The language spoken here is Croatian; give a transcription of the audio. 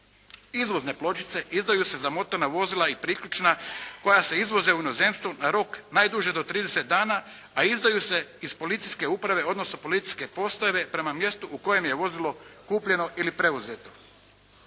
Izvozne pločice izdaju se za motorna vozila i priključna koja se izvoze u inozemstvu na rok najduže do 30 dana, a izdaju se iz policijske uprave odnosno policijske postaje prema mjestu u kojem je vozilo kupljeno ili preuzeto.